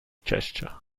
gesture